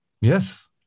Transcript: Yes